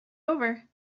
over